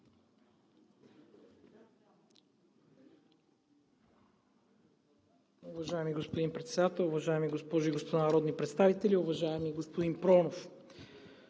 Уважаеми господин Председател, уважаеми госпожи и господа народни представители! Уважаеми господин Проданов,